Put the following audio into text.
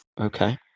Okay